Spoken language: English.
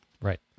Right